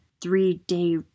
three-day